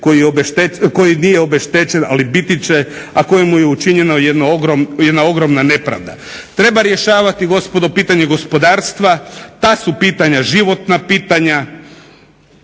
koji nije obeštećen, ali biti će, a kojemu je učinjena jedna ogromna nepravda. Treba rješavati gospodo pitanje gospodarstva. Ta su pitanja životna pitanja.